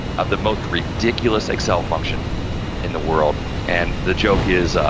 of the most ridiculous excel function in the world and the joke is,